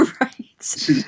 Right